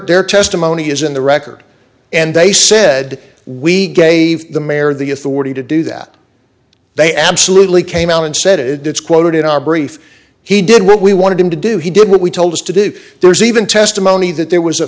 dare testimony is in the record and they said we gave the mayor the authority to do that they absolutely came out and said it it's quoted in our brief he did what we wanted him to do he did what we told us to do there's even testimony that there was a